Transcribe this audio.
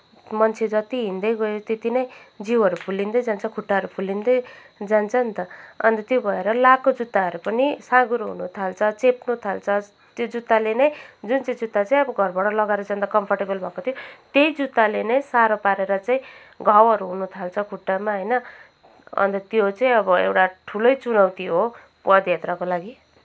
मान्छे जति हिँडदै गयो त्यति नै जिउहरू फुलिदैँ जान्छ खुट्टाहरू फुलिदैँ जान्छ नि त अन्त त्यही भएर लगाएको जुत्ताहरू पनि साँघुरो हुन थाल्छ चेप्न थाल्छ त्यो जुत्ताले नै जुन चाहिँ जुत्ता चाहिँ अब घरबाट लगाएर जाँदा कम्फोर्टेबल भएको थियो त्यही जुत्ताले नै साह्रो पारेर चाहिँ घाउहरू हुन थाल्छ खुट्टामा होइन अन्त त्यो चाहिँ एउटा ठुलै चुनौती हो पदयात्राको लागि